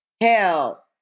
Hell